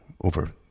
over